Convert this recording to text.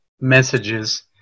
messages